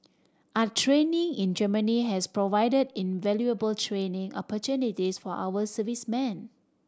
our training in Germany has provided invaluable training opportunities for our servicemen